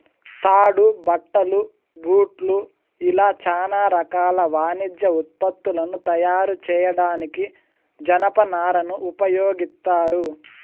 తాడు, బట్టలు, బూట్లు ఇలా చానా రకాల వాణిజ్య ఉత్పత్తులను తయారు చేయడానికి జనపనారను ఉపయోగిత్తారు